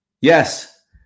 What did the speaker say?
Yes